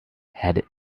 had